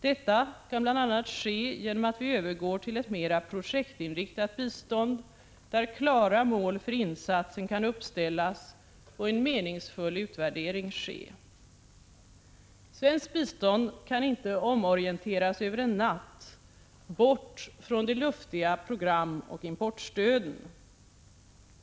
Detta kan bl.a. ske genom att vi övergår till ett mera projektinriktat bistånd, där klara mål för insatsen kan uppställas och en meningsfull utvärdering ske. Svenskt bistånd kan inte omorienteras över en natt bort från de luftiga programoch importstöden.